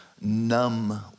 numb